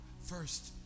first